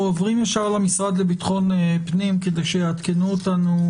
התשפ"ב-2021 אנחנו עוברים ישר למשרד לבטחון פנים כדי שיעדכנו אותנו